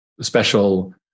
special